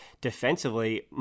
defensively